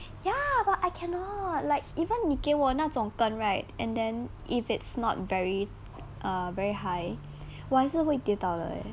ya but I cannot like even 给我那种根 right and then if it's not very err very high 我还是会跌倒的 eh